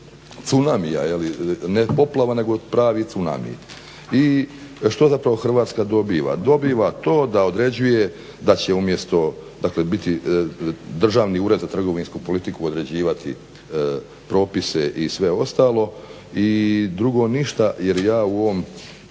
tsunamija. Ne poplava, nego pravi tsunami. I što zapravo Hrvatska dobiva? Dobiva to da određuje da će umjesto, dakle biti Državni ured za trgovinsku politiku određivati propise i sve ostalo i drugo ništa, jer ja u ovom